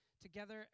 together